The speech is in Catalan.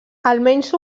almenys